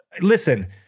Listen